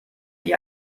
wir